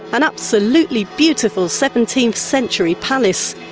an absolutely beautiful seventeenth century palace.